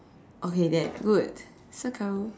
okay that good circle